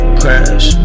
crash